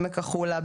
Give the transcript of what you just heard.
בעמק החולה,